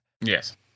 Yes